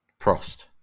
Prost